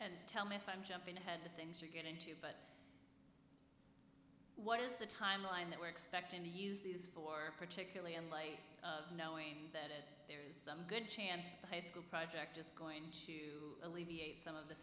and tell me if i'm jumping ahead the things you're going to but what is the timeline that we're expecting to use these for particularly in light of knowing that there is some good chance the high school project is going to leave you some of